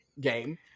game